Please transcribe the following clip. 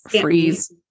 freeze